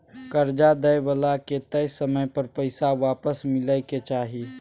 कर्जा दइ बला के तय समय पर पैसा आपस मिलइ के चाही